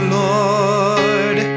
lord